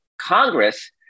Congress